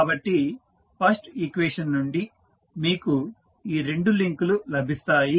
కాబట్టి first equation నుండి మీకు ఈ రెండు లింకులు లభిస్తాయి